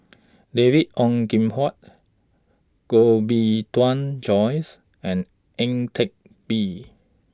David Ong Kim Huat Koh Bee Tuan Joyce and Ang Teck Bee